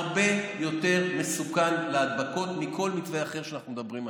הרבה יותר מסוכן להדבקות מכל מתווה אחר שאנחנו מדברים עליו.